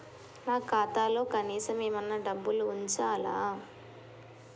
నా ఖాతాలో కనీసం ఏమన్నా డబ్బులు ఉంచాలా?